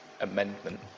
amendment